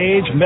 Age